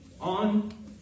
On